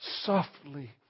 Softly